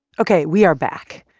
ok, we are back.